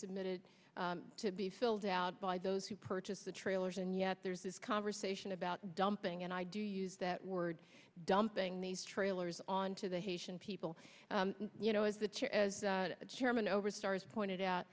submitted to be filled out by those who purchased the trailers and yet there's this conversation about dumping and i do use that word dumping these trailers on to the haitian people you know as the chair as the chairman over stars pointed out